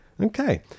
Okay